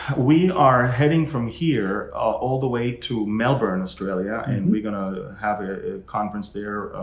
we are heading from here all the way to melbourne, australia, and we gonna have a conference there.